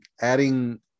adding